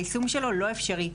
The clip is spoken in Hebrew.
היישום שלו לא אפשרי,